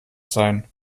sein